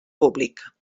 públic